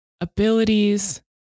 abilities